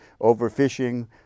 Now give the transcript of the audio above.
overfishing